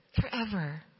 forever